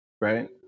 right